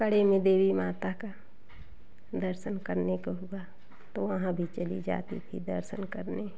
कड़ी में देवी माता का दर्शन करने को हुआ तो वहाँ भी चली जाती थी दर्शन करने